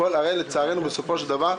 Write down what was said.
כל אלה בסופו של דבר,